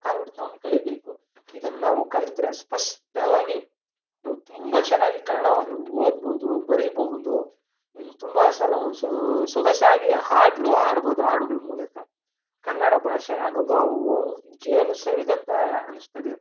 ಕಾಗುಣಿತವನ್ನು ಕಲೀಬೇಕು ಇದನ್ನು ನಾವು ಕಲ್ತರೆ ಸ್ಪಷ್ಟವಾಗಿ ನಾವು ತುಂಬ ಚೆನ್ನಾಗಿ ಕನ್ನಡವನ್ನು ಓದ್ಬೋದು ಬರೀಬಹುದು ತುಂಬ ಸಲ ಸೊಗಸಾಗಿ ಹಾಡಲೂ ಹಾಡ್ಬೋದು ಹಾಡುಗಳ ಮೂಲಕ ಕನ್ನಡ ಭಾಷೆಯ ಅನುಭವವು ಜೇನು ಸವಿದಂತೆ ಅನ್ನಿಸ್ತದೆ